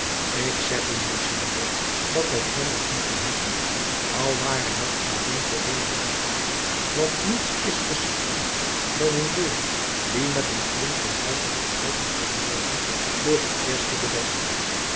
ik zeg u monseigneur dat wij grendels moeten hebben al ware het alleen voor dezen nacht want niets is verschrikkelijker dan een deur die met een klink van buiten geopend kan worden door den eerste den beste